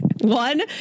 one